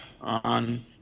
on